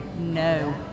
No